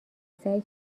سعی